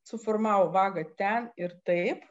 suformavo vagą ten ir taip